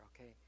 okay